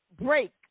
break